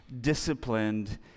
Disciplined